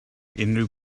unrhyw